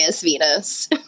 Venus